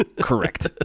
Correct